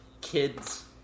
kids